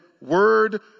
word